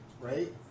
right